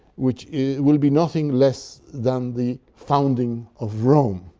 which will be nothing less than the founding of rome.